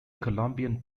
columbian